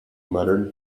muttered